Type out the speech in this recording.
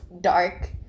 dark